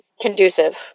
conducive